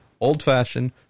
old-fashioned